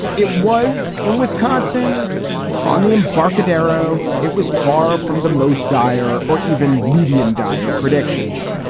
it was in wisconsin on the embarcadero. it was far from the most dire or even median dire predictions.